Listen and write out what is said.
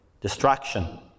distraction